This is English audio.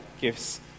gifts